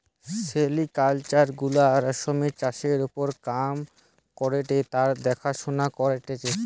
sericulture গুলা রেশমের চাষের ওপর কাম করেটে আর দেখাশোনা করেটে